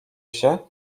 się